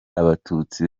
abatutsi